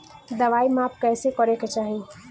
दवाई माप कैसे करेके चाही?